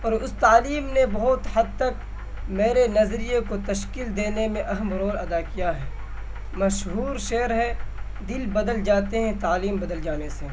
اور اس تعلیم نے بہت حد تک میرے نظریے کو تشکیل دینے میں اہم رول ادا کیا ہے مشہور شعر ہے دل بدل جاتے ہیں تعلیم بدل جانے سے